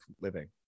living